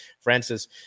Francis